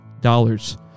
dollars